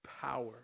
power